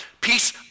peace